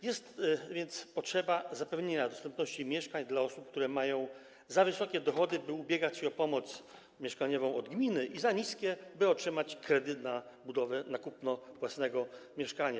Jest więc potrzeba zapewnienia dostępności mieszkań dla osób, które mają za wysokie dochody, by ubiegać się o pomoc mieszkaniową od gminy, i za niskie, by otrzymać kredyt na budowę, na kupno własnego mieszkania.